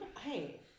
Hey